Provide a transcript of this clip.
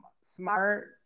smart